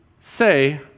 say